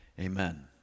Amen